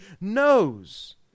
knows